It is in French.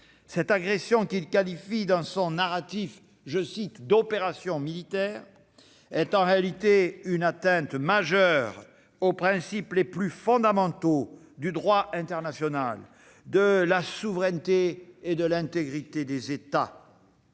Cette agression, qu'il qualifie dans son narratif d'« opération militaire », est en réalité une atteinte majeure aux principes les plus fondamentaux du droit international, de la souveraineté et de l'intégrité des États.